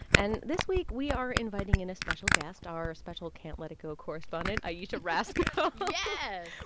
and this week, we are inviting in a special guest our special can't let it go correspondent, ayesha rascoe yeah